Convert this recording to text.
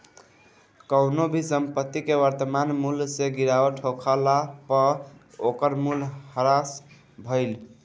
कवनो भी संपत्ति के वर्तमान मूल्य से गिरावट होखला पअ ओकर मूल्य ह्रास भइल